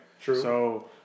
True